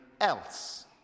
else